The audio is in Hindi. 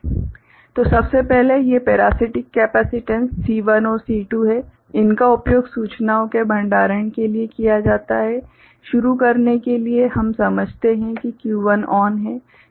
तो सबसे पहले ये पेरासीटिक केपेसिटेन्स C1 और C2 हैं इनका उपयोग सूचनाओं के भंडारण के लिए किया जाता है शुरू करने के लिए हम समझते हैं कि Q1 ON है